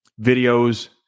Videos